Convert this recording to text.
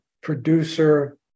producer